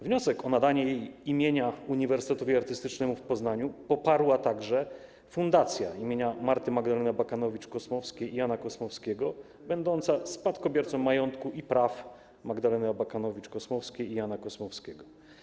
Wniosek o nadanie jej imienia Uniwersytetowi Artystycznemu w Poznaniu poparła także Fundacja im. Marty Magdaleny Abakanowicz-Kosmowskiej i Jana Kosmowskiego będąca spadkobiercą majątku i praw Magdaleny Abakanowicz-Kosmowskiej i Jana Kosmowskiego.